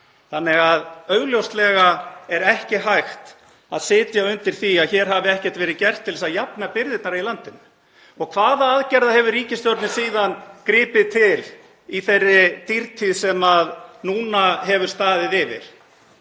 landinu. Augljóslega er ekki hægt að sitja undir því að hér hafi ekkert verið gert til að jafna byrðarnar í landinu. Og hvaða aðgerða hefur ríkisstjórnin síðan gripið til í þeirri dýrtíð sem núna hefur staðið yfir?